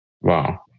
wow